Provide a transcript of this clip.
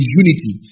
unity